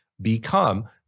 become